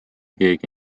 keegi